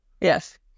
yes